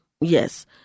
Yes